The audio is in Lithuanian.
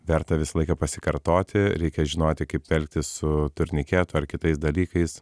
verta visą laiką pasikartoti reikia žinoti kaip elgtis su turniketu ar kitais dalykais